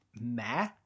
meh